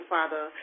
Father